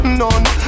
none